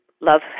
Love